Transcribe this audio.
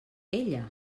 ella